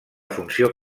funció